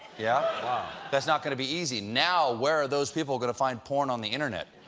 yeah that's not going to be easy. now where are those people going to find porn on the internet?